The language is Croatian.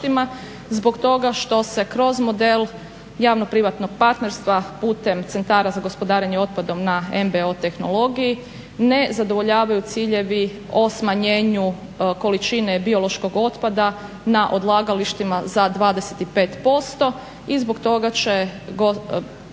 zbog toga što se kroz model javno-privatnog partnerstva putem centara za gospodarenje otpadom na NBO tehnologiji ne zadovoljavaju ciljevi o smanjenju količine biološkog otpada na odlagalištima za 25%. I zbog toga će